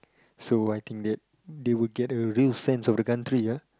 so I think that they will gather a real sense of the country ya